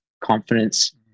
confidence